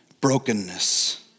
brokenness